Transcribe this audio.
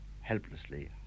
helplessly